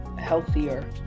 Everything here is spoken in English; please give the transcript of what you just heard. healthier